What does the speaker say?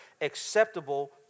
acceptable